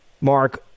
Mark